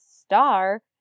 star